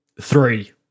three